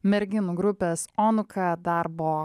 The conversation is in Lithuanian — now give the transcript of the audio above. merginų grupės onuka darbo